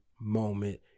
moment